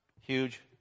Huge